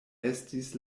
estis